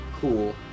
cool